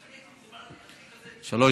היכן עובר אותו הגבול, עבה מאוד